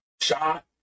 shot